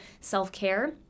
self-care